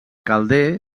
calder